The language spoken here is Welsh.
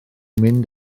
mynd